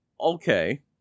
Okay